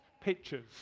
pictures